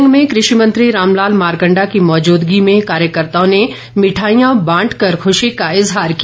केलंग में कृषि मंत्री रामलाल मारकंडा की मौजूदगी में कार्यकर्ताओं ने मिठाईयां बांटकर खुशी का इजहार किया